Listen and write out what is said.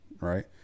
right